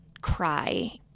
cry